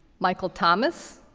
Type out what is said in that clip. michael thomas,